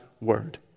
word